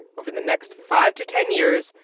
over the next five to ten years,